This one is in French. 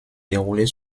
déroulée